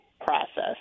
process